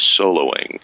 soloing